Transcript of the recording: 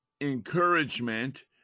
encouragement